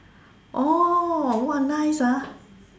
orh !wah! nice ah